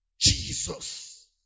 Jesus